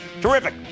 Terrific